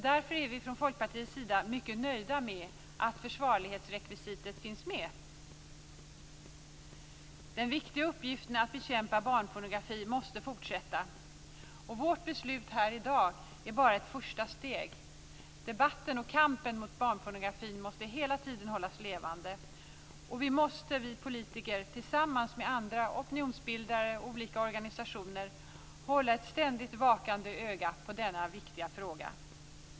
Därför är vi från Folkpartiets sida mycket nöjda med att försvarlighetsrekvisitet finns med. Den viktiga uppgiften är att bekämpa barnpornografi, och den kampen måste fortsätta. Vårt beslut här i dag är bara ett första steg. Debatten och kampen mot barnpornografin måste hela tiden hållas levande. Vi politiker måste tillsammans med andra opinionsbildare och olika organisationer hålla ett ständigt vakande öga på denna viktiga fråga.